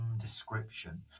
description